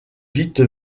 vite